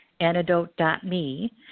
antidote.me